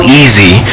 easy